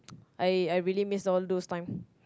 I I really all those times